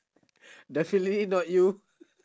definitely not you